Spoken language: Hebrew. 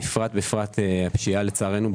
בפרט הפשיעה לצערנו,